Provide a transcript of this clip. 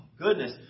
goodness